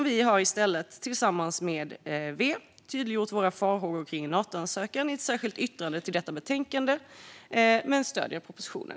Vi har i stället, tillsammans med V, tydliggjort våra farhågor kring Natoansökan i ett särskilt yttrande till detta betänkande men stöder propositionen.